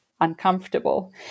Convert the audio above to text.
uncomfortable